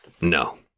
No